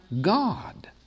God